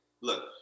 look